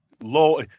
low